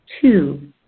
Two